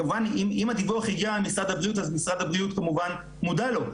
כמובן אם הדיווח הגיע למשרד הבריאות אז משרד הבריאות מודע לו,